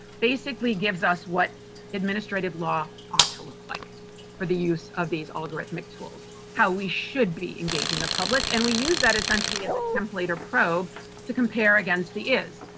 basically gives us what administrative law ought to look like for the use of these algorithmic tools. how we should be engaging the public. and we use that, essentially, as a template or probe to compare against the is.